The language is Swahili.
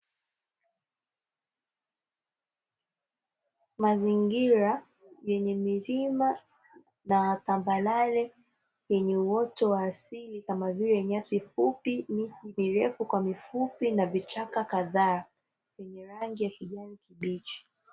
Mazingira yenye milima na tambarare yenye uoto wa asili kamavile nyasi fupi, miti mirefu kwa mifupi na vichaka kadhaa vyenye rangi ya kijani kibichi.